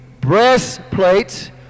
breastplate